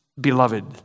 beloved